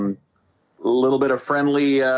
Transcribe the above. little bit of friendly, ah,